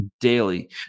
daily